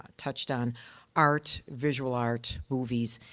touched on art, visual art, movies,